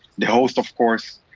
the host of course,